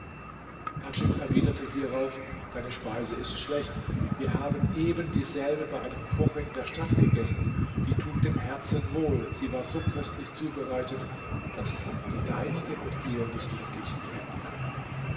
erwiderte hierauf deine speise ist schlecht wir haben eben dieselbe bei einem koche in der stadt gegessen die tut dem herzen wohl sie war so köstlich zubereitet daß die deinige mit ihr nicht verglichen werden kann